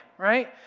right